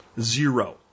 Zero